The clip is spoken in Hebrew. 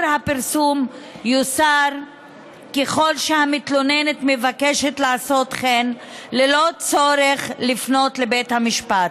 הפרסום יוסר ככל שהמתלוננת מבקשת לעשות כן ללא צורך לפנות לבית המשפט.